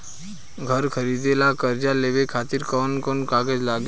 घर खरीदे ला कर्जा लेवे खातिर कौन कौन कागज लागी?